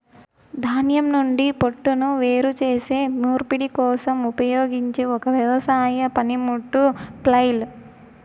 ధాన్యం నుండి పోట్టును వేరు చేసే నూర్పిడి కోసం ఉపయోగించే ఒక వ్యవసాయ పనిముట్టు ఫ్లైల్